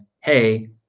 hey